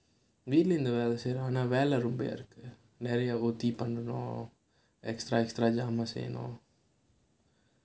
வீட்டுல இருந்து வேலை செய்றேன் ஆனா வேலை ரொம்பயா நிறைய:veetula irunthu velai seiraen aanaa velai rombaya niraiya O_T பண்ணனும்:pannanum extra extra லாம் செய்யணும்:laam seiyanum